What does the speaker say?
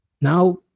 now